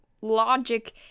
logic